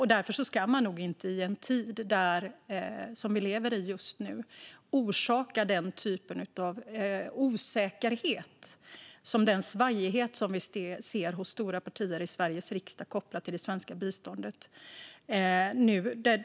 I den tid vi nu lever i ska man nog inte orsaka den osäkerhet eller skicka de signaler som svajigheten hos stora partier i Sveriges riksdag gör kopplat till biståndet.